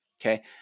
Okay